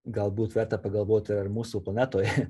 galbūt verta pagalvot ar mūsų planetoj